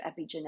epigenetic